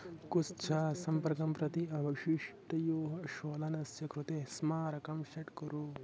कुस्च सम्पर्कं प्रति अवशिष्टयोः शोधनस्य कृते स्मारकं शेट् कुरु